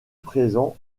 présent